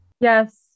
Yes